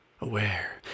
aware